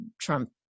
Trump